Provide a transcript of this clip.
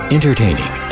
Entertaining